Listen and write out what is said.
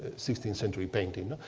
sixteenth century painting.